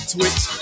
Twitch